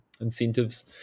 incentives